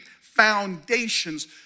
foundations